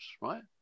right